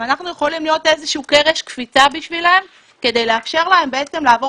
ואנחנו יכולים להיות איזה שהוא קרש קפיצה בשבילם כדי לאפשר להם לעבור